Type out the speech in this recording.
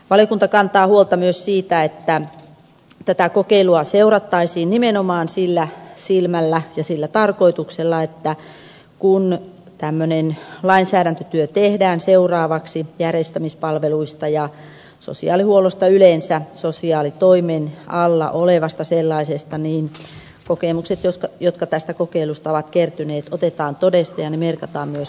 valiokunta kantaa huolta myös siitä että kokeilua seurattaisiin nimenomaan sillä silmällä ja sillä tarkoituksella että kun tämmöinen lainsäädäntötyö tehdään seuraavaksi järjestämispalveluista ja sosiaalihuollosta yleensä sosiaalitoimen alla olevasta sellaisesta kokemukset jotka tästä kokeilusta ovat kertyneet otetaan todesta ja ne merkataan myös lainsäädäntöön